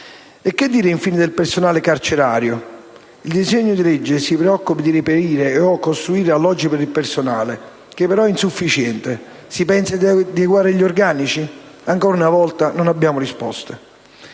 E che dire infine del personale carcerario? Il disegno di legge si preoccupa di reperire e/o costruire alloggi per il personale, che però è insufficiente. Si pensa di adeguare gli organici? Ancora una volta nessuna risposta.